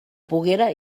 poguera